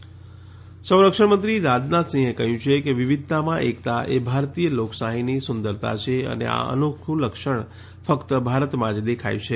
રાજનાથ યુનિ સંરક્ષણ મંત્રી રાજનાથસિંહે કહ્યું છે કે વિવિધતામાં એકતા એ ભારતીય લોકશાહીની સુંદરતા છે અને આ અનોખું લક્ષણ ફક્ત ભારતમાં જ દેખાય છે